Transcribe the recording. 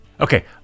Okay